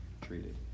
treated